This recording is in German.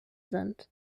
sind